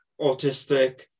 autistic